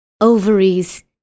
Ovaries